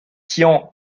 tian